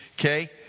Okay